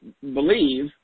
believe